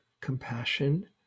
compassion